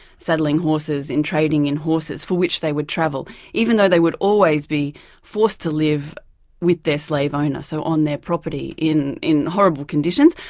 saddling horses, in trading in horses, for which they would travel even though they would always be forced to live with their slave owner. so on their property in in horrible conditions,